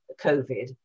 COVID